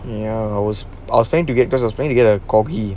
ya I was I was trying to get because I was trying to get a corgi